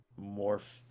morph